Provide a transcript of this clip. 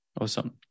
Awesome